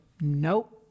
nope